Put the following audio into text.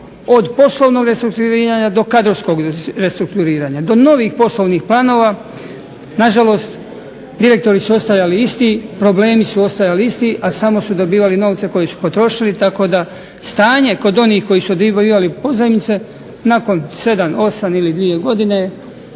od poslovnog restrukturiranja do kadrovskog restrukturiranja do novih poslovnih planova. Nažalost, direktori su ostali isti, problemi su ostajali isti, a samo su dobijali novce koje su potrošili, tako da stanje kod onih koji su dobivali pozajmice nakon 7, 8 ili 2 godine